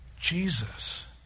Jesus